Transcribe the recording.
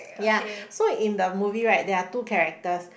yea so in the movie right there are two characters